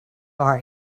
our